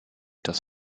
das